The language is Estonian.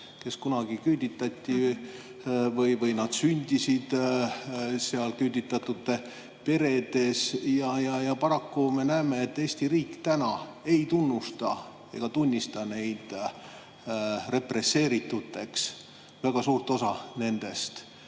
kes kunagi küüditati või sündisid küüditatute peredes. Paraku me näeme, et Eesti riik ei tunnusta ega tunnista neid represseerituteks, väga suurt osa nendest.